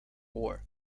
war